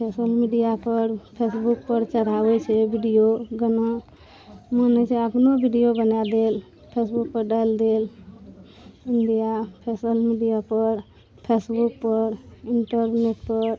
social media पर Facebook पर चढ़ाबै छै वीडियो गाना बनै छै अपनो वीडियो बना देल फेसबुक पर डालि देल मीडिआ सोसल मीडिआ पर फेसबुक पर इंटरनेट पर